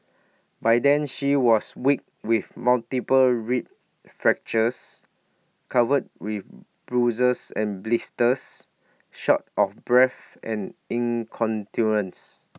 by then she was weak with multiple rib fractures covered with bruises and blisters short of breath and